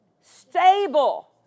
stable